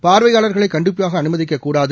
பார்வையாளர்களைகண்டிப்பாகஅனுமதிக்கக்கூடாது